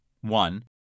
One